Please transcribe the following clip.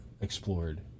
explored